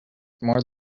more